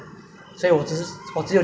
我不懂他去哪一个 block